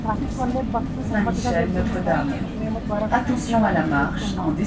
traffic వల్లే bus నెమదిగా వెళ్తుంది సార్ మేము త్వరగా తీసుకెళ్ళడానికి చూస్తున్నాం